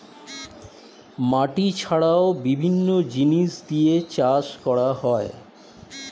মাটি ছাড়াও বিভিন্ন জিনিস দিয়ে চাষ করা হয়